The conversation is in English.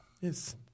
Yes